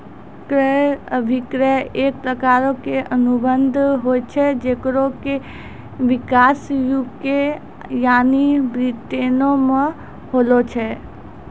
क्रय अभिक्रय एक प्रकारो के अनुबंध होय छै जेकरो कि विकास यू.के यानि ब्रिटेनो मे होलो छै